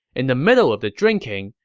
in the middle of the drinking,